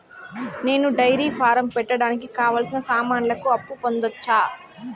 నేను dairy farm పెట్టడానికి కావాల్సిన సామాన్లకు అప్పు పొందొచ్చా?